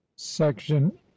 Section